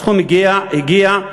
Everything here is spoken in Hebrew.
הסכום הגיע,